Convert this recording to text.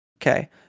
Okay